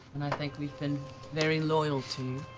and i think we've been very loyal to